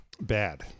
Bad